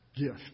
gift